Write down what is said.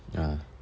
ah